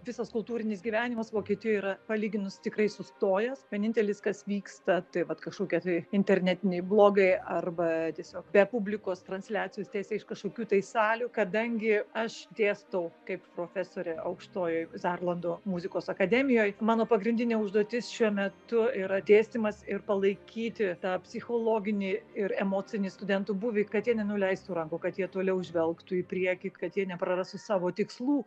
visas kultūrinis gyvenimas vokietijoj yra palyginus tikrai sustojęs vienintelis kas vyksta tai vat kažkokie tai internetiniai blogai arba tiesiog be publikos transliacijos tiesiai iš kažkokių tai salių kadangi aš dėstau kaip profesorė aukštojoj zarlando muzikos akademijoj mano pagrindinė užduotis šiuo metu yra dėstymas ir palaikyti tą psichologinį ir emocinį studentų būvį kad jie nenuleistų rankų kad jie toliau žvelgtų į priekį kad jie neprarastų savo tikslų